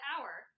hour